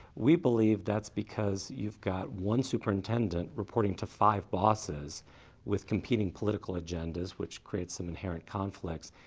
we believe that's because you've got one superintendent reporting to five bosses with competing political agendas, which creates some inherent conflicts.